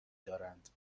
دارند